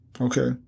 Okay